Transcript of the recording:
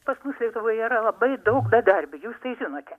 pas mus lietuvoje yra labai daug bedarbių jūs tai žinote